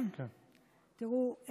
תראו,